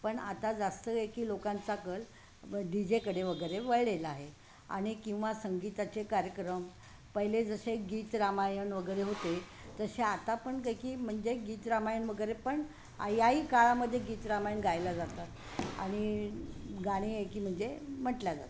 पण आता जास्त काय आहे की लोकांचा कल डी जेकडे वगैरे वळलेला आहे आणि किंवा संगीताचे कार्यक्रम पहिले जसे गीत रामायण वगैरे होते तसे आता पण काय की म्हणजे गीत रामायण वगैरे पण याही काळामध्ये गीत रामायण गायला जातात आणि गाणे आहे की म्हणजे म्हटल्या जातं